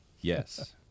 Yes